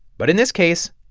but in this case,